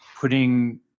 putting